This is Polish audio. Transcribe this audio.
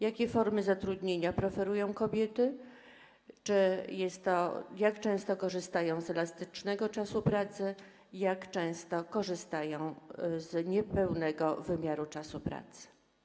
Jakie formy zatrudnienia preferują kobiety, jak często korzystają z elastycznego czasu pracy i jak często korzystają z niepełnego wymiaru czasu pracy?